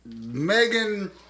Megan